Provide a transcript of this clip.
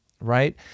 right